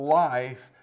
life